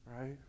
Right